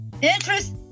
interest